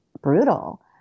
brutal